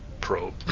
probe